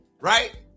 Right